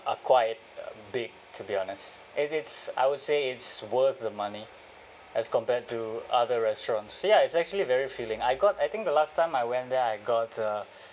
are quite big to be honest if it's I would say it's worth the money as compared to other restaurants ya is actually very filling I got I think the last time I went there I got a